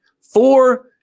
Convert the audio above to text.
four